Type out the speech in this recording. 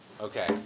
okay